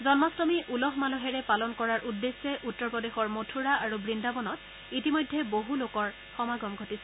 জম্মাষ্টমী উলহ মালহেৰে পালন কৰাৰ উদ্দেশ্যে উত্তৰ প্ৰদেশৰ মথুৰা আৰু বৃন্দাবনত ইতিমধ্যে বহু লোকৰ সমাগম ঘটিছে